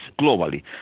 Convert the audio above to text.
globally